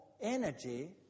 energy